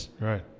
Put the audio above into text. Right